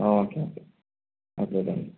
ആ okay okay okay thank you